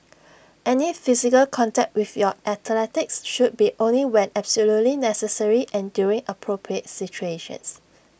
any physical contact with your athletes should be only when absolutely necessary and during appropriate situations